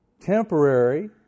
temporary